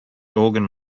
organ